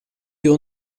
wir